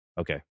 Okay